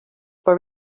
were